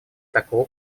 такого